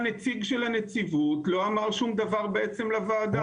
אבל אני חושב שהנציג של נציבות לא אמר שום דבר בעצם לוועדה.